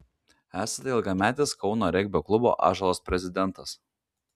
esate ilgametis kauno regbio klubo ąžuolas prezidentas